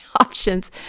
options